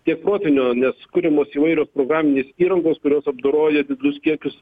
tiek protinio nes kuriamos įvairios programinės įrangos kurios apdoroja didelius kiekius